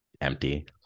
empty